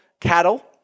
cattle